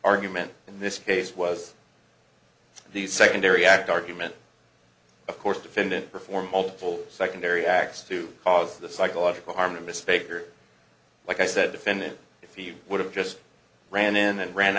argument in this case was the secondary act argument of course defendant performed multiple secondary acts to cause the psychological harm to miss faith or like i said defendant if you would have just ran in and ran